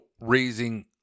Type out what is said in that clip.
raising